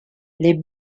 les